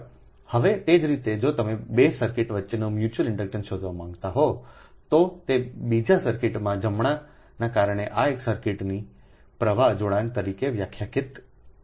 હવે તે જ રીતે જો તમે 2 સર્કિટ વચ્ચેના મ્યુચ્યુઅલ ઇન્ડક્ટન્સને શોધવા માંગતા હો તો તે બીજા સર્કિટમાં જમણના કારણે એક સર્કિટના પ્રવાહ જોડાણ તરીકે વ્યાખ્યાયિત થયેલ છે